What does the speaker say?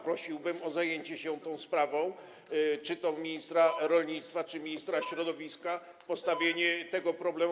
Prosiłbym o zajęcie się tą sprawą czy to ministra rolnictwa, czy ministra środowiska, postawienie tego problemu.